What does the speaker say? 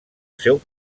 seu